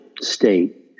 state